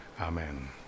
amen